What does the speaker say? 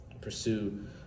pursue